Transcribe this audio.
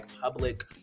public